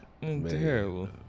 Terrible